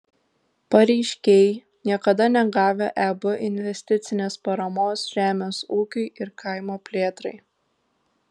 pareiškėjai niekada negavę eb investicinės paramos žemės ūkiui ir kaimo plėtrai